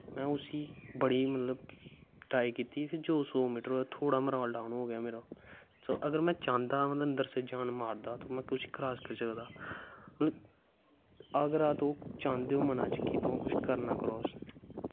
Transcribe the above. अ'ऊं उस्सी बड़ी मतलब ट्राई कीती फिर सौ मीटर डाउन होआ फिर थोह्ड़ा मोराल डाउन होई गेआ मेरा अगर में चांह्दा हा अन्दर दा जान मारदा हा ते उस्सी क्रास करी सकदा हा अगर तुस चांह्दे हो मना च कि तुसें कुछ करना क्रास